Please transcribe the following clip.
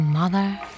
Mother